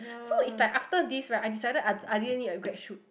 so it's like after this right I decided I I didn't need a grad shoot